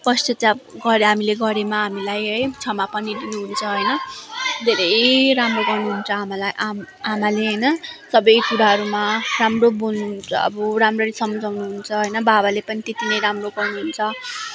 पश्चताप हामीले गरेमा हामीलाई है क्षमा पनि दिनुहुन्छ होइन धेरै राम्रो गर्नुहुन्छ आमालाई आमा आमाले होइन सबै कुराहरूमा राम्रो बोल्नु हुन्छ अब राम्ररी सम्झाउनु हुन्छ होइन बाबाले पनि त्यति नै राम्रो गर्नुहुन्छ